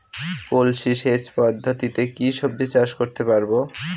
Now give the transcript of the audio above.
কলসি সেচ পদ্ধতিতে কি সবজি চাষ করতে পারব?